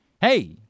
hey